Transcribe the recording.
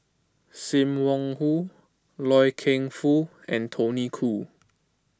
Sim Wong Hoo Loy Keng Foo and Tony Khoo